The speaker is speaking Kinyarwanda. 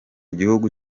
gihugu